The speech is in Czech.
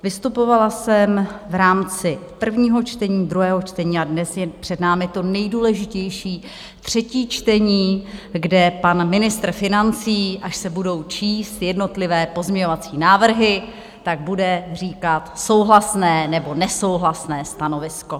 Vystupovala jsem v rámci prvního čtení, druhého čtení a dnes je před námi to nejdůležitější, třetí čtení, kde pan ministr financí, až se budou číst jednotlivé pozměňovací návrhy, tak bude říkat souhlasné nebo nesouhlasné stanovisko.